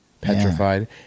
petrified